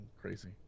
crazy